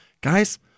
Guys